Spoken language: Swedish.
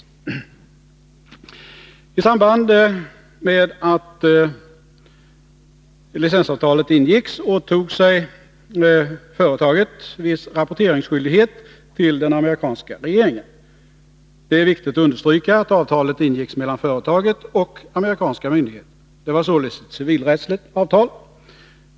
affären I samband med att licensavtalet ingicks åtog sig företaget viss rapporteringsskyldighet till den amerikanska regeringen. Det är viktigt att understrykaatt avtalet ingicks mellan företaget och amerikanska myndigheter. Det var således ett civilrättsligt avtal.